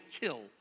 kill